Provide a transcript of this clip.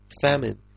famine